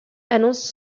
annonce